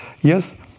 Yes